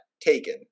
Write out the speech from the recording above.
taken